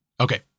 Okay